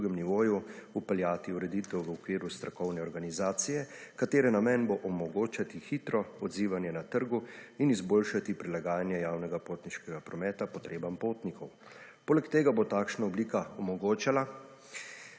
drugem nivoju vpeljati ureditev v okviru strokovne organizacije, katere namen bo omogočati hitro odzivanje na trgu in izboljšati prilagajanje javnega potniškega prometa potrebam potnikov. Poleg tega bo takšna oblika omogočala,